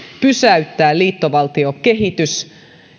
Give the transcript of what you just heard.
pysäyttää liittovaltiokehityksen